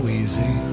easy